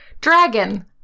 Dragon